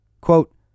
Quote